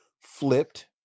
flipped